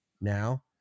now